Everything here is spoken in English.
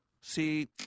See